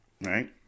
right